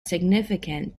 significant